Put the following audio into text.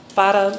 para